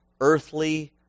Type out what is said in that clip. earthly